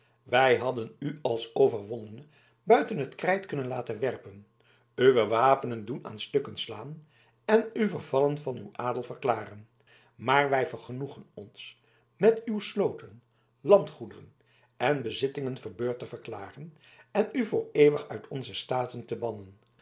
wij hadden u als overwonnene buiten het krijt kunnen laten werpen uwe wapenen doen aan stukken slaan en u vervallen van uw adel verklaren maar wij vergenoegen ons met uw sloten landgoederen en bezittingen verbeurd te verklaren en u voor eeuwig uit onze staten te bannen